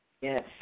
Yes